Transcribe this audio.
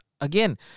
again